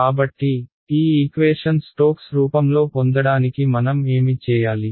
కాబట్టి ఈ equation Stokes రూపంలో పొందడానికి మనం ఏమి చేయాలి